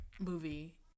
movie